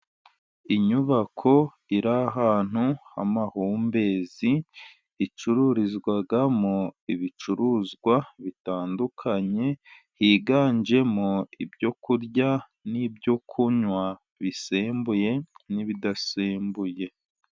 Inyubako iri ahantu hamahumbezi icururizwamo ibicuruzwa bitandukanye, higanjemo ibyo kurya n'ibyo kunywa bisembuye n'ibidasembuye.